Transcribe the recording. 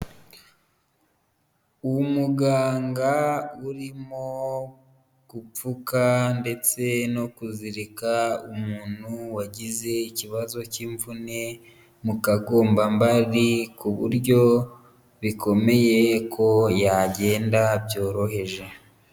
Umuganga urimo gupfuka ndetse no kuzirika umuntu wagize ikibazo cy'imvune mu kagombambari ku buryo bikomeye ko yagenda byoroheje.